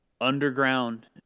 underground